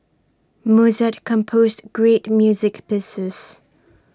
Mozart composed great music pieces